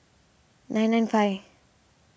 nine nine five